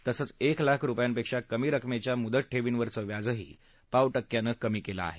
तसंच एक लाख रुपयांपेक्षा कमी रकमेच्या मुदत ठेवींवरचं व्याजही पाव िक्व्यानं कमी केलं आहे